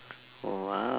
!wow!